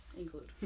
include